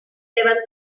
levanta